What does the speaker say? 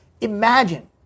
Imagine